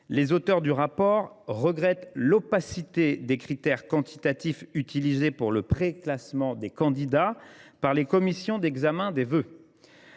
Les auteurs du rapport regrettent l’opacité des critères quantitatifs utilisés pour le préclassement des candidats par les commissions d’examen des vœux.